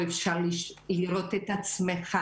או אפשר לראות את עצמך,